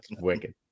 Wicked